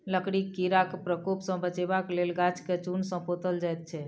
लकड़ीक कीड़ाक प्रकोप सॅ बचबाक लेल गाछ के चून सॅ पोतल जाइत छै